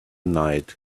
night